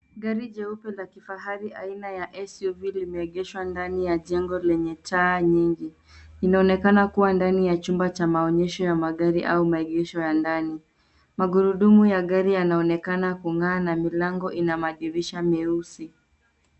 Gari jeupe la kifahari aina ya SUV limeegeshwa ndani ya jengo lenye taa nyingi..Linaonekana kuwa kwenye chumba cha magari au maegesho ya ndani. Magurudumu ya gari yanaonekana kungaa na milango ina madirisha meusi.